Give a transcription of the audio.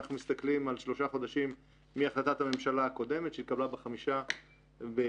שלושה חודשים מאז החלטת הממשלה הקודמת שהתקבלה ב-5 במאי,